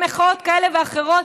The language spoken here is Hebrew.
במחאות כאלה ואחרות,